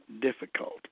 difficult